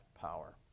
power